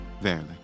Verily